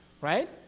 right